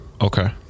Okay